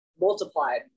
multiplied